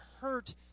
hurt